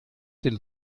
den